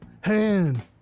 Hand